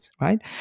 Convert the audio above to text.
right